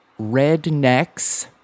Rednecks